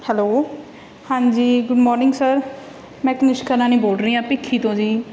hello ਹਾਂਜੀ good morning sir ਮੈਂ ਤਨਿਸ਼ਕਾ ਰਾਣੀ ਬੋਲ ਰਹੀ ਹਾਂ ਭੀਖੀ ਤੋਂ ਜੀ